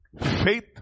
faith